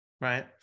right